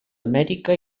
amèrica